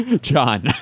John